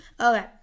Okay